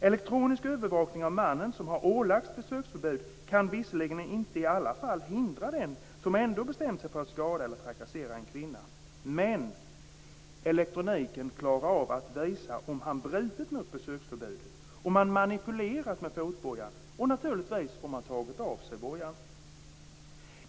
Elektronisk övervakning av mannen, som har ålagts besöksförbud, kan visserligen inte i alla fall hindra den som ändå har bestämt sig för att skada eller trakassera en kvinna, men elektroniken klarar av att visa om han brutit mot besöksförbudet, om han manipulerat med fotbojan, och naturligtvis om han tagit av sig bojan.